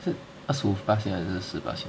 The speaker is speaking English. is it 二十五八巴先还是十八巴先